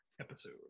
episode